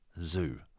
Zoo